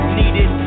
needed